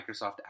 Microsoft